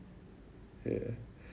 ya